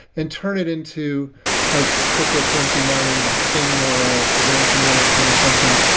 and turn it into a cryptocurrency mining thing or ah a ransomware thing or something.